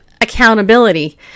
accountability